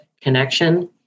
connection